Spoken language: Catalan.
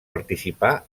participà